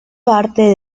parte